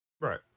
right